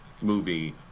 movie